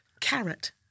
Carrot